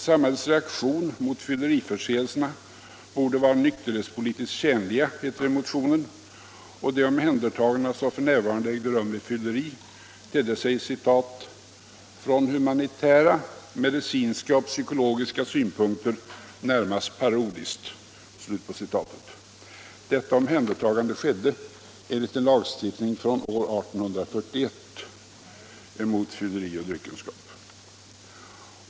Samhällets reaktion mot fylleriförseelserna borde vara nykterhetspolitiskt tjänlig, hette det i motionen, och det omhändertagande som då ägde rum vid fylleri tedde sig ”från humanitära, medicinska och psykologiska synpunkter närmast parodiskt”. Detta omhändertagande skedde enligt en lagstiftning från år 1841 emot fylleri och dryckenskap.